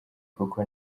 kuko